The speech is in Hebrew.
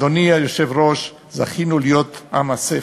אדוני היושב-ראש, זכינו להיות עם הספר,